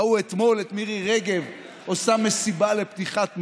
ראו אתמול את מירי רגב עושה מסיבה לפתיחת מחלף,